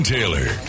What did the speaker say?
Taylor